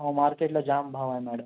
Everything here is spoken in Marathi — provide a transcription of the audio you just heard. हो मार्केटला जाम भाव आहे मॅडम